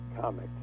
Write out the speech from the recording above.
comic